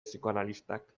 psikoanalistak